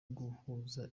guhuza